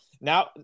now